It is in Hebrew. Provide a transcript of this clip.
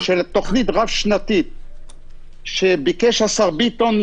של תוכנית רב שנתית שביקש להכין השר ביטון,